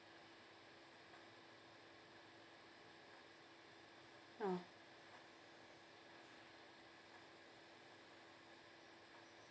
ah